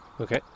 Okay